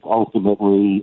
ultimately